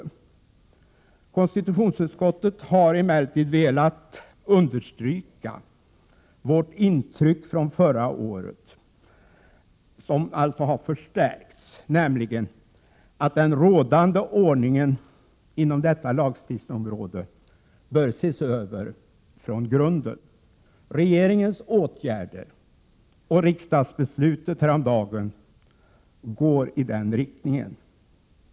Från konstitutionsutskottet har vi emellertid velat understryka vårt intryck från förra året, som har förstärkts, nämligen att den rådande ordningen inom detta lagstiftningsområde bör ses över från grunden. Regeringens åtgärder och riksdagsbeslutet häromdagen går i den riktningen.